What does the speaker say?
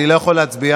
אני לא יכול להצביע,